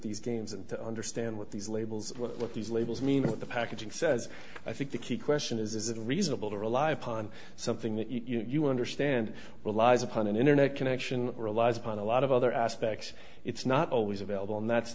these games and to understand what these labels what these labels mean at the packaging says i think the key question is is it reasonable to rely upon something that you understand relies upon an internet connection relies upon a lot of other aspects it's not always available and that's